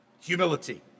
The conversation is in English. Humility